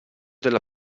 della